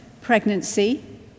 pregnancy